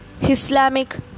Islamic